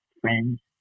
friends